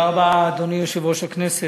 שלישית.